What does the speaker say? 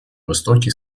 востоке